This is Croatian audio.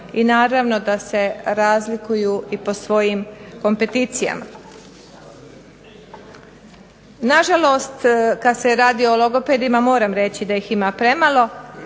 i naravno da se razlikuju i po svojim kompeticijama. Na žalost kad se radi o logopedima, moram reći da ih ima premalo,